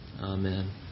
Amen